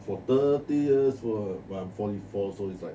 for thirty years !wah! but I'm forty four so it's like